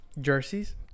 jerseys